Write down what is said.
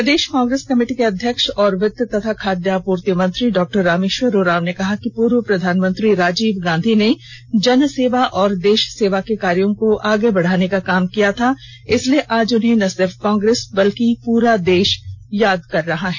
प्रदेश Congress committee के अध्यक्ष और वित्त एवं खाद्य आपूर्ति मंत्री डॉ रामेश्वर उरांव ने कहा कि पूर्व प्रधानमंत्री राजीव गांधी ने जनसेवा और देशसेवा के कार्यों को आगे बढ़ाने का काम किया था इसलिए आज उन्हें न सिर्फ कांग्रेस बल्कि पूरा देश याद कर रहा है